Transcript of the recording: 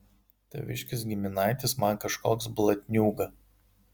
taviškis giminaitis man kažkoks blatniūga